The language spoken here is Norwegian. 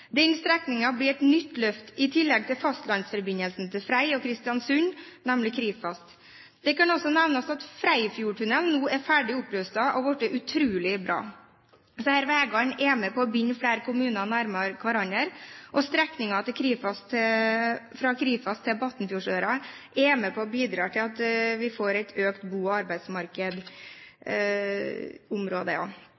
Den strekningen blir et nytt løft i tillegg til fastlandsforbindelsen til Frei og Kristiansund, nemlig Krifast. Det kan også nevnes at Freifjordtunnelen nå er ferdig opprustet og har blitt utrolig bra. Disse veiene er med på å binde flere kommuner nærmere hverandre, og strekningen fra Krifast til Batnfjordsøra er med på å bidra til at vi får et økt bo- og